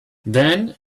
then